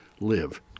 live